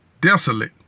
desolate